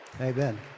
Amen